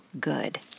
Good